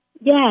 Yes